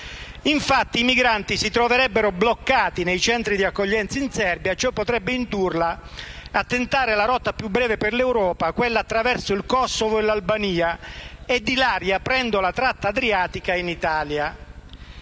Infatti, i migranti si troverebbero bloccati nei centri di accoglienza in Serbia e ciò potrebbe indurli a tentare la rotta più breve per l'Europa: quella che, attraverso il Kosovo, giunge in Albania e da lì, riaprendo la tratta adriatica, in Italia».